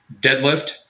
Deadlift